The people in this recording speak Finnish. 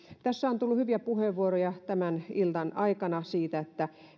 tässä on tullut hyviä puheenvuoroja tämän illan aikana siitä